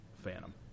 Phantom